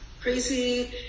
crazy